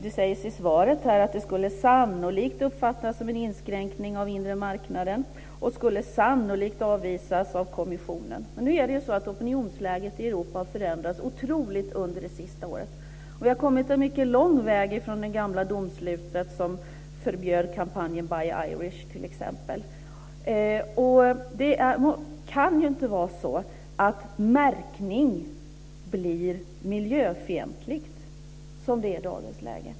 Det sägs i svaret att det sannolikt skulle uppfattas som en inskränkning av den inre marknaden, och det skulle sannolikt avvisas av kommissionen. Opinionsläget i Europa har förändrats otroligt under det senaste året. Vi har kommit en mycket lång väg från det gamla domslutet som t.ex. förbjöd kampanjen Buy Irish. Det kan inte vara så att märkning blir miljöfientlig, som det är i dagens läge.